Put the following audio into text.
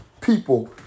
people